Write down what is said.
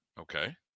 Okay